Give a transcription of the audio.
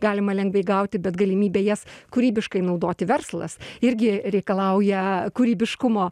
galima lengvai gauti bet galimybė jas kūrybiškai naudoti verslas irgi reikalauja kūrybiškumo